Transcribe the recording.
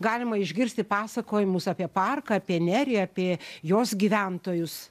galima išgirsti pasakojimus apie parką apie nerį apie jos gyventojus